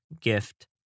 gift